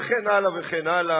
וכן הלאה וכן הלאה,